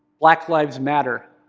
black lives matter.